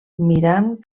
mirant